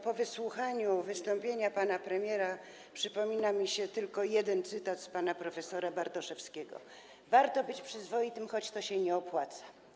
Po wysłuchaniu wystąpienia pana premiera przypomniał mi się cytat z pana prof. Bartoszewskiego: Warto być przyzwoitym, choć to się nie opłaca.